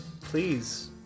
please